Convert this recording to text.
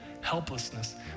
helplessness